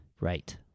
Right